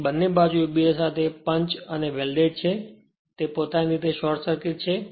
તેથી બંને બાજુ એકબીજા સાથે પંચ અને વેલ્ડેદ છે કે તે પોતાની રીતે શોર્ટ સર્કિટ છે